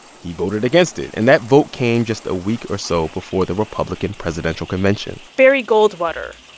he voted against it. and that vote came just a week or so before the republican presidential convention barry goldwater,